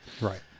right